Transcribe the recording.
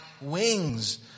wings